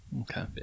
Okay